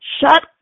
shut